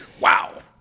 Wow